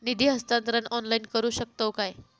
निधी हस्तांतरण ऑनलाइन करू शकतव काय?